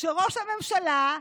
שראש הממשלה,